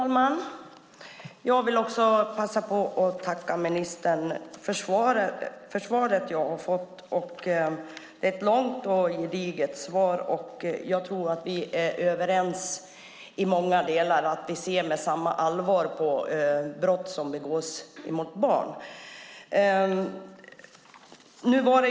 Fru talman! Jag vill passa på att tacka ministern för svaret - ett långt och gediget svar. Jag tror att vi är överens i många delar och ser med samma allvar på brott som begås mot barn.